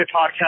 podcast